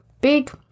big